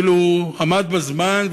כאילו עמד הזמן,